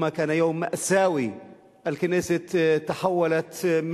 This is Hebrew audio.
היום הכנסת מתאספת כדי לקבל החלטה חשובה.